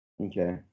Okay